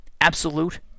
absolute